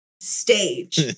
stage